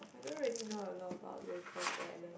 I don't really know a lot about local talent